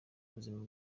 ubuzima